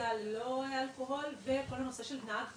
נהיגה ללא אלכוהול, וכל הנושא של נהג תורן,